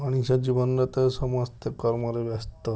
ମଣିଷ ଜୀବନରେ ତ ସମସ୍ତେ କର୍ମରେ ବ୍ୟସ୍ତ